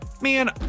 Man